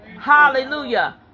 Hallelujah